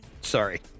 Sorry